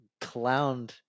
clowned